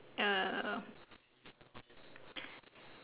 err